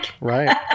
right